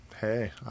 Hey